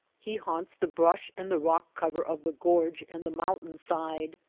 he haunts the brush and the rock cover of the gorge and the mountain side.